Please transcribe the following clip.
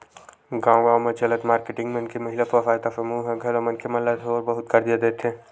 गाँव गाँव म चलत मारकेटिंग मन के महिला स्व सहायता समूह ह घलो मनखे मन ल थोर बहुत करजा देथे